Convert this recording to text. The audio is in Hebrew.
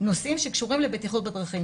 נושאים שקשורים לבטיחות בדרכים.